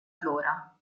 flora